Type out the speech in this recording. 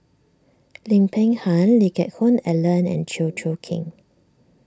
Lim Peng Han Lee Geck Hoon Ellen and Chew Choo Keng